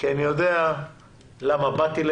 כי אני יודע למה באתי לכאן